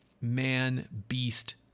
man-beast